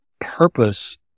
purpose